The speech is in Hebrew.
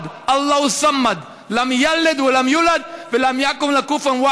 לא יעזור לכם,